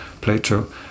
Plato